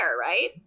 right